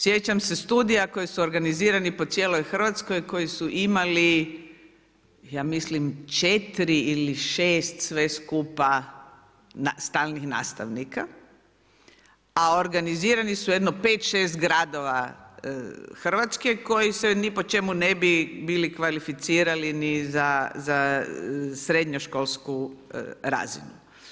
Sjećam se studija koji su organizirani po cijeloj Hrvatskoj koji su imali ja mislim 4 ili 6 sve skupa stalnih nastavnika, a organizirani su u jedno 5, 6 gradova Hrvatske koji se ni po čemu ne bi bili kvalificirali ni za srednjoškolsku razinu.